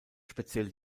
speziell